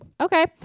okay